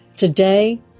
Today